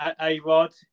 A-Rod